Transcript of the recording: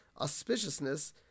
auspiciousness